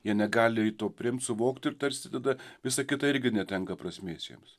jie negali to priimt suvokt ir tarsi tada visa kita irgi netenka prasmės jiems